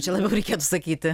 čia labiau reikėtų sakyti